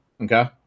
Okay